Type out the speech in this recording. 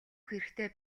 хэрэгтэй